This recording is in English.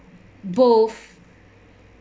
both